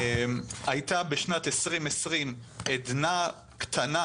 הייתה בשנת 2020 עדנה קטנה,